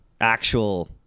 actual –